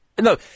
No